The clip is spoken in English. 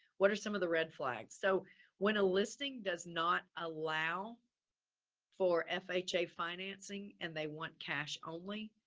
what are some of the red flags? so when a listing does not allow for fha financing and they want cash only,